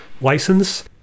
license